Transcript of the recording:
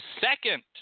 second